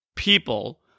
people